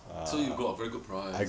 so you got a very good price